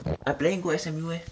I planning go S_M_U leh